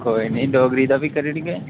कोई नी डोगरी दा बी करी ओड़गे